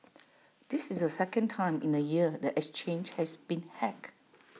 this is the second time in A year the exchange has been hacked